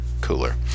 cooler